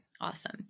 Awesome